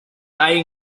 hay